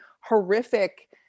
horrific